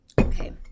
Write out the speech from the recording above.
Okay